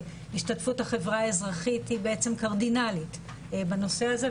שהשתתפות החברה האזרחית היא בעצם קרדינלית בנושא הזה,